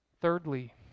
Thirdly